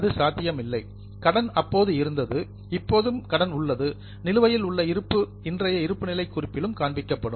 அது சாத்தியமில்லை கடன் அப்போது இருந்தது இப்போது கடன் உள்ளது நிலுவையில் உள்ள இருப்பு இன்றைய இருப்புநிலை குறிப்பிலும் காண்பிக்கப்படும்